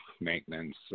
maintenance